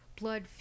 Blood